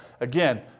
again